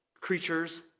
creatures